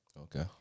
Okay